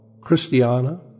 Christiana